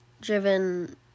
driven